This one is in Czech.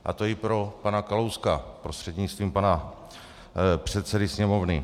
A to i pro pana Kalouska prostřednictvím pana předsedy Sněmovny.